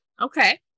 okay